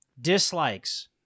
Dislikes